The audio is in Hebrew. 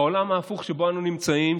בעולם ההפוך שבו אנו נמצאים,